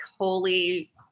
Holy